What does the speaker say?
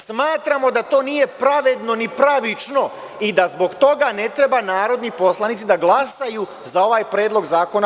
Smatramo da to nije pravedno, ni pravično i da zbog toga ne treba narodni poslanici da glasaju za ovaj predlog zakona.